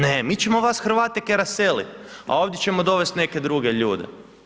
Ne, mi ćemo vas Hrvateke raselit, a ovdje ćemo dovest' neke druge ljude.